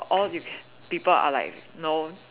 all the people are like know